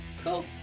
Cool